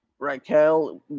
Raquel